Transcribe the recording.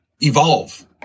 evolve